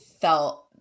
felt